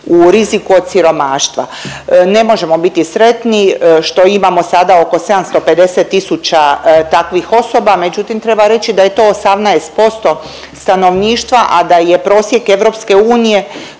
u riziku od siromaštva. Ne možemo biti sretni što imamo sada oko 750 tisuća takvih osoba, međutim treba reći da je to 18% stanovništva, a da je prosjek EU daleko viši